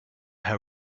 her